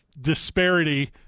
disparity